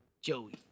Joey